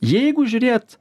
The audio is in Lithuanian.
jeigu žiūrėt